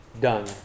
done